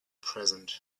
present